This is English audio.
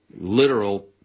literal